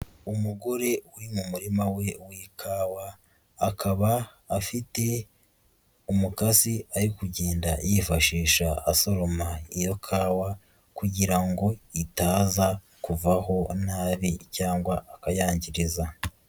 Umugore uri mu murima we w'ikawa, akaba afite umugasii ari kugenda yifashisha asoroma iyo kawa kugira ngo itaza kuvaho nabi cyangwa akayangiriza.